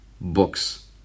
books